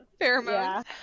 Pheromones